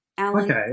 Okay